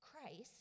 Christ